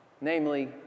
namely